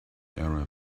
arab